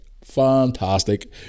fantastic